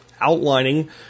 outlining